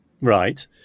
Right